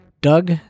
Doug